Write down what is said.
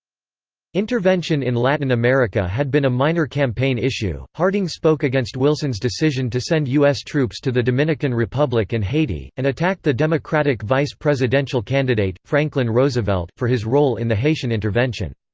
intervention in latin america had been a minor campaign issue harding spoke against wilson's decision to send u s. troops to the dominican republic and haiti, and attacked the democratic vice presidential candidate, franklin roosevelt, for his role in the haitian intervention.